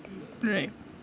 right